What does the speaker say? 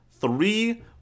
three